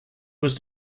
was